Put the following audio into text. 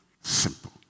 Simple